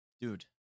Dude